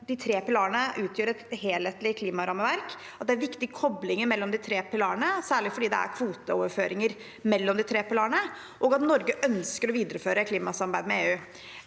de tre pilarene utgjør et helhetlig klimarammeverk, og at det er viktige koblinger mellom de tre pilarene, særlig fordi det er kvoteoverføringer mellom dem, og at Norge ønsker å videreføre klimasamarbeidet med EU.